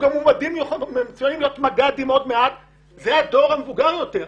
מועמדים מצוינים להיות מג"דים עוד מעט זה הדור המבוגר יותר.